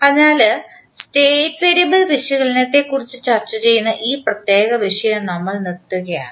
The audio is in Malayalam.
അതിനാൽ സ്റ്റേറ്റ് വേരിയബിൾ വിശകലനത്തെക്കുറിച്ച് ചർച്ച ചെയ്യുന്ന ഈ പ്രത്യേക വിഷയം നമ്മൾ നിർത്തുകയാണ്